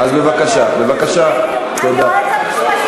היועץ המשפטי